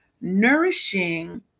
nourishing